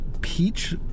peach